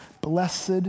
blessed